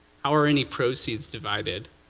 how are any proceeds divided?